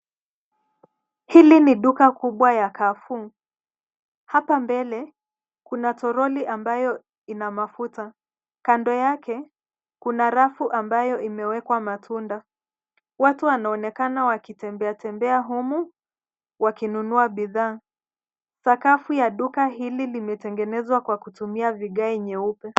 Hili ni duka kubwa yaCarreFour, hapa mbele, kuna toroli ambayo, ina mafuta, kando yake, kuna rafu ambayo imewekwa matunda, watu wanaonekana wakitembea tembea humu, wakinunua bidhaa, sakafu ya duka hili limetengenezwa kwa kutumia vigae nyeupe.